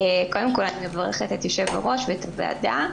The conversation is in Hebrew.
קודם כל אני מברכת את יושב הראש ואת הוועדה.